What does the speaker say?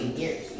years